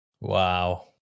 Wow